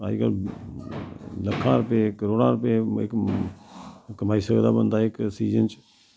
अज कल्ल लक्खां रपे करोड़ां रपे इक कमाई सकदा बंदा इक सीजन च